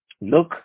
Look